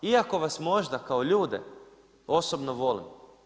Iako vas možda kao ljude osobno volim.